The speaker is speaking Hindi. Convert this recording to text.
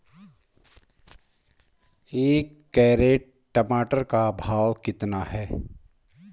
एक कैरेट टमाटर का भाव कितना है?